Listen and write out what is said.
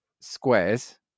squares